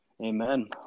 amen